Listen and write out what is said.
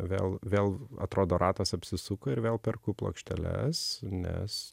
vėl vėl atrodo ratas apsisuko ir vėl perku plokšteles nes